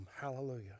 Hallelujah